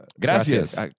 Gracias